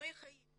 ואיומים על החיים,